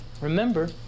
Remember